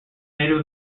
native